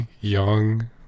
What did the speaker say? young